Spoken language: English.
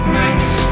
nice